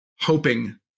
hoping